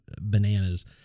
bananas